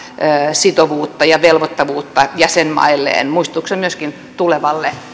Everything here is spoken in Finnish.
sitovuutta ja velvoittavuutta jäsenmailleen muistutuksena myöskin tulevalle